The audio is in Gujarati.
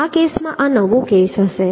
આ કેસમાં આ કેસ નવો હશે